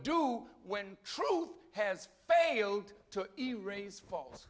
do when truth has failed to erase falls